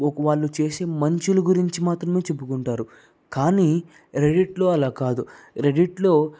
ఒక వాళ్ళు చేసే మంచి గురించి మాత్రమే చెప్పుకుంటారు కానీ రెడీట్లో అలా కాదు రెడీట్లో